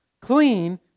Clean